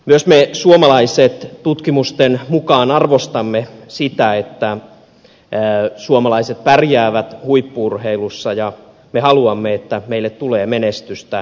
myös me suomalaiset tutkimusten mukaan arvostamme sitä että suomalaiset pärjäävät huippu urheilussa ja me haluamme että meille tulee menestystä arvokisoissa